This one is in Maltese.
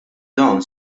dawn